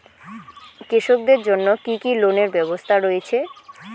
কৃষকদের জন্য কি কি লোনের ব্যবস্থা রয়েছে?